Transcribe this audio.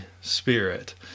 Spirit